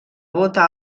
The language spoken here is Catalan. bota